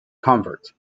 convert